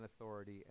authority